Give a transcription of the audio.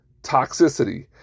toxicity